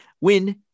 win